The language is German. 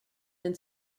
den